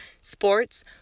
sports